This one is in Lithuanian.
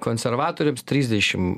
konservatoriams trisdešim